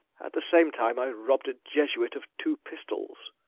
at the same time i robbed a jesuit of two pistoles.